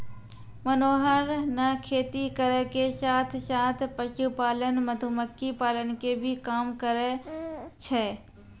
मनोहर नॅ खेती करै के साथॅ साथॅ, पशुपालन, मधुमक्खी पालन के भी काम करै छै